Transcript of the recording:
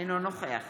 אינו נוכח